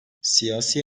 siyasi